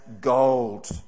gold